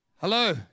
Hello